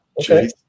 Okay